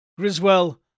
Griswell